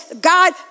God